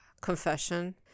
confession